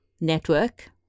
network